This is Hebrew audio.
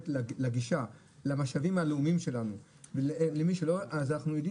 לתת גישה למשאבים הלאומיים שלנו למי שלא אנחנו יודעים,